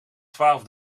twaalf